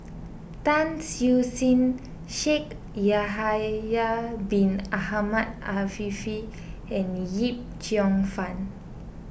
Tan Siew Sin Shaikh Yahya Bin Ahmed Afifi and Yip Cheong Fun